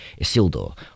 Isildur